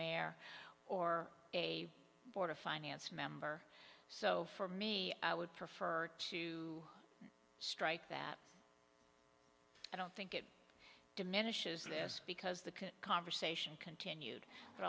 mare or a board of finance member so for me i would prefer to strike that i don't think it diminishes less because the conversation continued